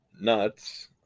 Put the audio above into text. nuts